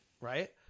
Right